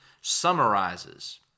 summarizes